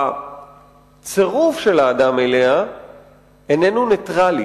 שהצירוף של האדם אליה איננו נייטרלי.